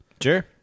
sure